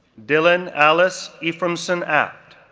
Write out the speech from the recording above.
dylann alice ephraimson-abt,